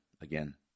again